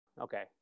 Okay